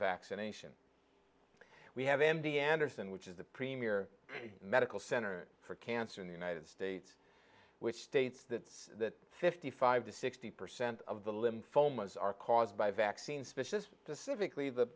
vaccination we have m d anderson which is the premier medical center for cancer in the united states which states that that fifty five to sixty percent of the lymphomas are caused by vaccines vicious pacifically the